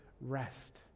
rest